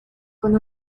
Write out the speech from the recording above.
con